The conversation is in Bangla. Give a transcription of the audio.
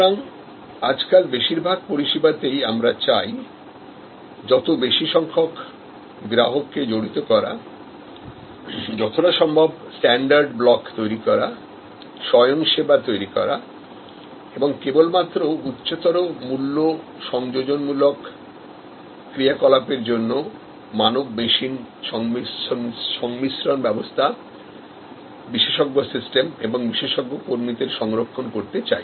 সুতরাং আজকাল বেশিরভাগ পরিসেবাতেই আমরা চাই যত বেশি সংখ্যক গ্রাহককে জড়িত করা যতটা সম্ভব স্ট্যান্ডার্ড ব্লক তৈরি করা স্বয়ং সেবা তৈরি করা এবং কেবলমাত্র উচ্চতর মূল্য সংযোজনমূলক ক্রিয়াকলাপের জন্য মানব মেশিন সংমিশ্রণ ব্যবস্থা বিশেষজ্ঞ সিস্টেম এবং বিশেষজ্ঞ কর্মীদের সংরক্ষণ করতে চাই